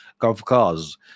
Kavkaz